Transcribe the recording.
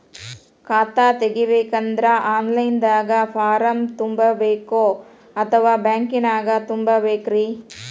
ಖಾತಾ ತೆಗಿಬೇಕಂದ್ರ online ದಾಗ ಫಾರಂ ತುಂಬೇಕೊ ಅಥವಾ ಬ್ಯಾಂಕನ್ಯಾಗ ತುಂಬ ಬೇಕ್ರಿ?